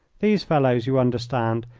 these fellows, you understand,